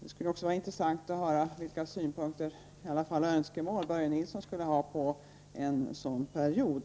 Det skulle också var intressant att höra vilka synpunkter och önskemål Börje Nilsson skulle ha på en arbetsgivarperiod.